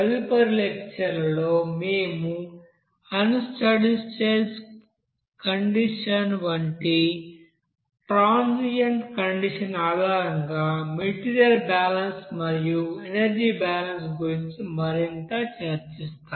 తదుపరి లెక్చర్ లో మేము అన్ స్టడీ స్టేట్ కండిషన్ వంటి ట్రాన్సియెంట్ కండిషన్ ఆధారంగా మెటీరియల్ బ్యాలెన్స్ మరియు ఎనర్జీ బ్యాలెన్స్ గురించి మరింత చర్చిస్తాము